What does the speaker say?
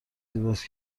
زیباست